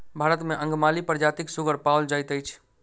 भारत मे अंगमाली प्रजातिक सुगर पाओल जाइत अछि